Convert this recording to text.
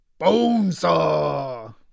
Bonesaw